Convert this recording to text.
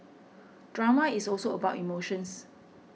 drama is also about emotions